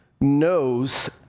knows